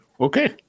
Okay